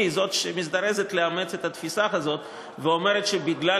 היא זאת שמזדרזת לאמץ את התפיסה הזאת ואומרת שבגלל